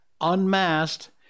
unmasked